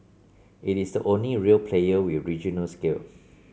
it is the only real player with regional scale